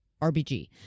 RBG